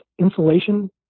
insulation